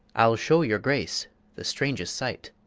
ile shew your grace the strangest sight